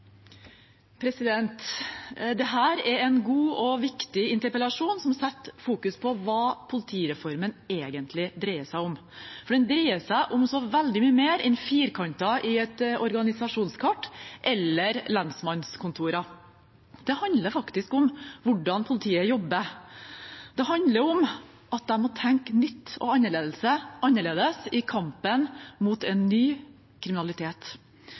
veldig mye mer enn firkanter i et organisasjonskart eller lensmannskontorer. Det handler faktisk om hvordan politiet jobber. Det handler om at de må tenke nytt og annerledes i kampen mot en ny form for kriminalitet.